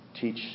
Teach